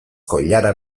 koilara